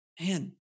man